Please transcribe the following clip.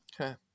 Okay